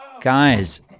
Guys